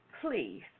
please